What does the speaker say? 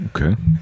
Okay